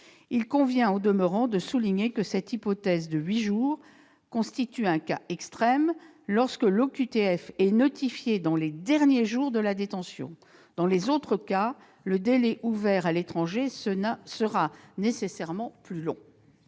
Il convient au demeurant de souligner que cette hypothèse de 8 jours constitue un cas extrême, lorsque l'OQTF est notifiée dans les derniers jours de la détention. Dans les autres cas, le délai ouvert à l'étranger sera nécessairement plus long.